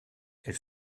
elle